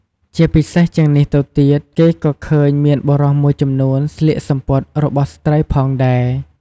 ជាពិសេសជាងនេះទៅទៀតគេក៏ឃើញមានបុរសមួយចំនួនស្លៀកសំពត់របស់ស្រ្តីផងដែរ។